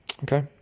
Okay